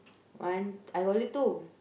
one I got only two